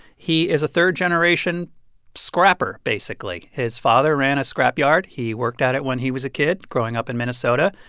he is a third-generation scrapper, basically. his father ran a scrap yard. he worked at it when he was a kid growing up in minnesota.